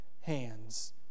hands